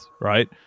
right